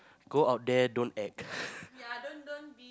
go out there don't act